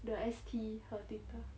the S_T her Twitter